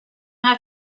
have